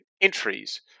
entries